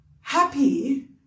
happy